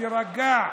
תירגע,